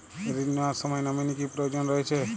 ঋণ নেওয়ার সময় নমিনি কি প্রয়োজন রয়েছে?